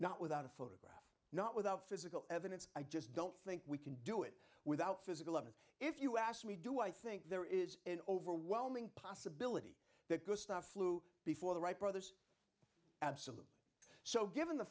not without a photograph not without physical evidence i just don't think we can do it without physical evidence if you ask me do i think there is an overwhelming possibility that gustav flew before the wright brothers absalom so given the